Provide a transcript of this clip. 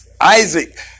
Isaac